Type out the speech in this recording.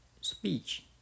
speech